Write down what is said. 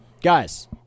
guys